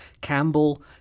Campbell